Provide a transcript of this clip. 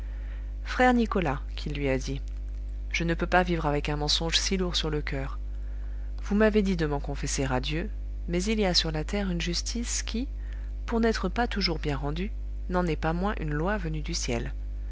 frère nicolas qu'il lui a dit je ne peux pas vivre avec un mensonge si lourd sur le coeur vous m'avez dit de m'en confesser à dieu mais il y a sur la terre une justice qui pour n'être pas toujours bien rendue n'en est pas moins une loi venue du ciel